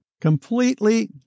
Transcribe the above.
completely